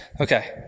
Okay